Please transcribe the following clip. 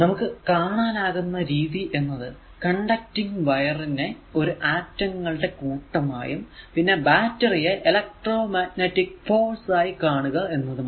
നമുക്ക് കാണാനാകുന്ന രീതി എന്നത് കണ്ടക്റ്റിംഗ് വയർ conducting wire നെ ഒരു ആറ്റങ്ങളുടെ കൂട്ടമായും പിന്നെ ബാറ്ററി യെ ഇലെക്ട്രോമാഗ്നെറ്റിക് ഫോഴ്സ് ആയി കാണുക എന്നതുമാണ്